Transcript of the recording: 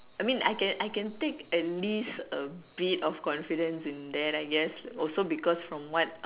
I mean I can I can take at least a bit of confidence in there I guess also because from what